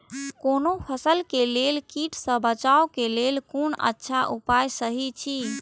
कोनो फसल के लेल कीट सँ बचाव के लेल कोन अच्छा उपाय सहि अछि?